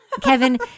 Kevin